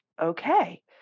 okay